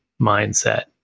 mindset